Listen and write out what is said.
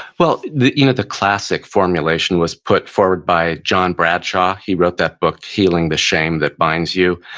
well the you know the classic formulation was put forward by john bradshaw, he wrote that book healing the shame that binds you.